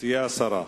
תהיה הסרה.